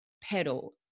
pedal